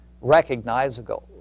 recognizable